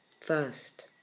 first